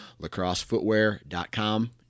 lacrossefootwear.com